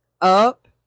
up